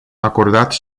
acordat